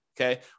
okay